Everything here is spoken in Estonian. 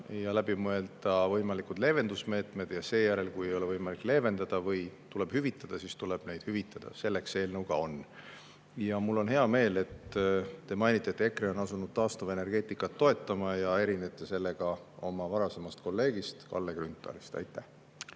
ja läbi mõelda võimalikud leevendusmeetmed. Kui ei ole võimalik leevendada, siis tuleb hüvitada. Selleks see eelnõu ka on. Ja mul on hea meel, et te mainisite, et EKRE on asunud taastuvenergeetikat toetama ja te erinete sellega oma varasemast kolleegist Kalle Grünthalist. Aitäh!